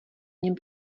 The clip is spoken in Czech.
něm